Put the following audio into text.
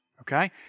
okay